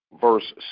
verse